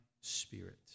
spirit